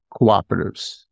cooperatives